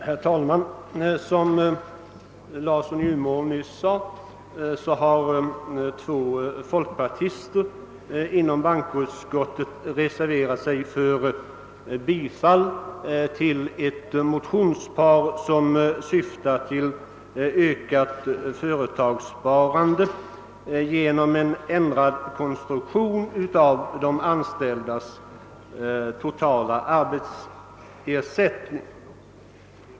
Herr talman! Som herr Larsson i Umeå nyss sade har två folkpartister inom bankoutskottet reserverat sig för bifall till ett motionspar som syftar till ökat företagssparande genom en ändrad konstruktion av de anställdas totala arbetsersättning.